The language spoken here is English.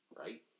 Right